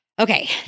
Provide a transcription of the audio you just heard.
Okay